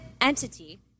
entity